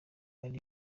hari